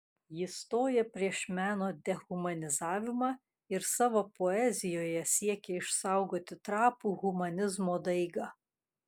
jis stoja prieš meno dehumanizavimą ir savo poezijoje siekia išsaugoti trapų humanizmo daigą